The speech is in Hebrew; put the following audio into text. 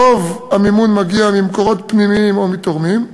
רוב המימון מגיע ממקורות פנימיים או מתורמים.